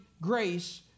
grace